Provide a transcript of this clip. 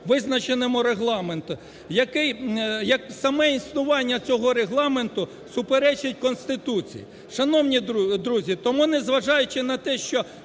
визначеному регламентом, який як саме існування цього регламенту, суперечить Конституції. Шановні друзі, тому не зважаючи на те, що